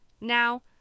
Now